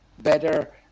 better